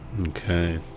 Okay